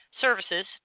services